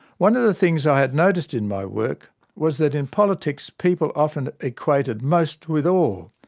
one of the things i had noticed in my work was that in politics people often equated most with all.